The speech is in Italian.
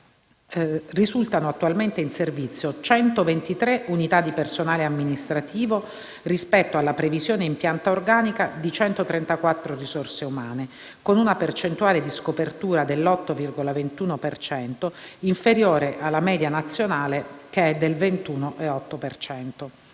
risultano attualmente in servizio 123 unità di personale amministrativo rispetto alla previsione, in pianta organica, di 134 risorse umane, con una percentuale di scopertura dell'8,21 per cento, inferiore alla media nazionale del 21,80